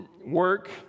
work